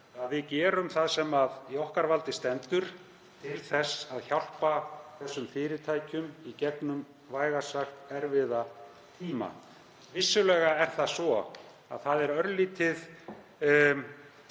að við gerum það sem í okkar valdi stendur til þess að hjálpa þessum fyrirtækjum í gegnum vægast sagt erfiða tíma. Vissulega fylgir þessu að áfengisgjald